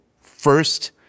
first